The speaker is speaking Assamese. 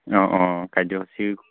অঁ অঁ কাৰ্যসূচী